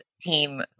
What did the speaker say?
team